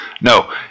No